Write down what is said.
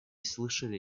слышали